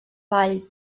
vall